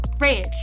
Rage